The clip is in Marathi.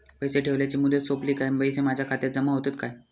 पैसे ठेवल्याची मुदत सोपली काय पैसे माझ्या खात्यात जमा होतात काय?